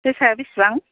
जोसाया बेसेबां